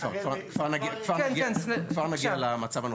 כבר נגיע למצב הנוכחי.